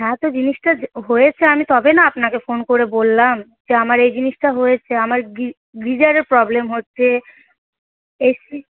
হ্যাঁ তো জিনিসটা হয়েছে আমি তবে না আপনাকে ফোন করে বললাম যে আমার এই জিনিসটা হয়েছে আমার গিজারের প্রবলেম হচ্ছে এসি